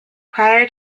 prior